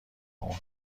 اون